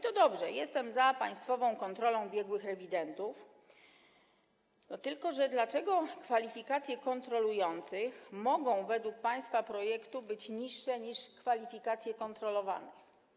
To dobrze, jestem za państwową kontrolą biegłych rewidentów, tylko dlaczego kwalifikacje kontrolujących mogą według państwa projektu być niższe niż kwalifikacje kontrolowanych?